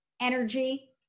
energy